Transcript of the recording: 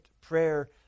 prayer